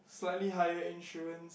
slightly higher insurance